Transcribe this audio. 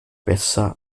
besser